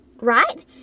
Right